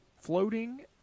floating